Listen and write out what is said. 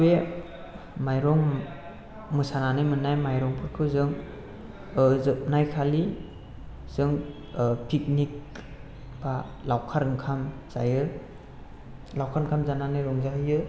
बे मायरं मोसानानै मोननाय मायरंफोरखौ जों जोबनायखालि जों फिगनिक बा लाउखार ओंखाम जायो लाउखार ओंखाम जानानै रंजाहैयो